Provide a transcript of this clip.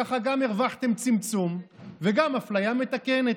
ככה גם הרווחתם צמצום וגם אפליה מתקנת.